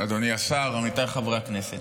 אדוני השר, עמיתיי חברי הכנסת,